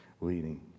leading